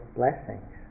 blessings